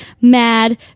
mad